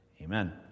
Amen